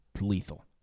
lethal